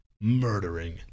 murdering